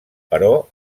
però